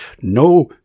No